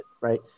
right